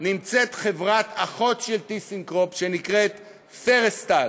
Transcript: נמצאת חברת-אחות של "טיסנקרופ" שנקראת Ferrostaal.